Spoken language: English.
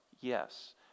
Yes